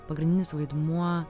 pagrindinis vaidmuo